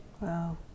Wow